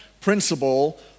principle